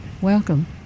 Welcome